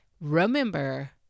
Remember